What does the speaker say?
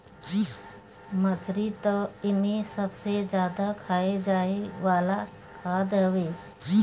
मछरी तअ एमे सबसे ज्यादा खाए जाए वाला खाद्य हवे